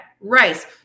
rice